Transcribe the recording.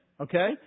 okay